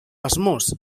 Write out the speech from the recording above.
asmoz